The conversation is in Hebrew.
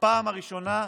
בפעם הראשונה.